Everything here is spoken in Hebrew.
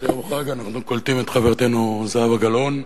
זה יום חג, אנחנו קולטים את חברתנו זהבה גלאון,